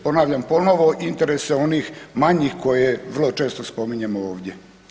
Ponavljam ponovo, interese onih manjih koje vrlo često spominjemo ovdje.